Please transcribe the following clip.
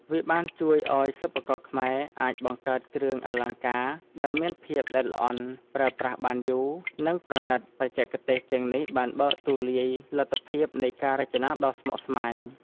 វាបានជួយឱ្យសិប្បករខ្មែរអាចបង្កើតគ្រឿងអលង្ការដែលមានភាពល្អិតល្អន់ ប្រើប្រាស់បានយូរ និងប្រណិត។ បច្ចេកទេសទាំងនេះបានបើកទូលាយលទ្ធភាពនៃការរចនាដ៏ស្មុគស្មាញ។